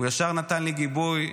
הוא ישר נתן לי גיבוי,